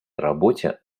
работе